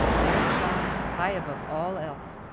there it shines, high above all else,